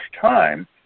time